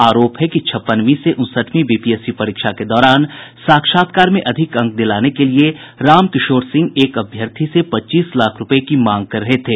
आरोप है कि छप्पनवीं से उनसठवीं बीपीएससी परीक्षा के दौरान साक्षात्कार में अधिक अंक दिलाने के लिए राम किशोर सिंह एक अभ्यर्थी से पच्चीस लाख रूपये की मांग कर रहे थे